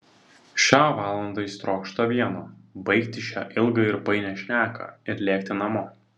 šią valandą jis trokšta vieno baigti šią ilgą ir painią šneką ir lėkti namo